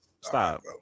Stop